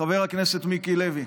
חבר הכנסת מיקי לוי.